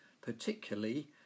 particularly